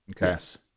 Yes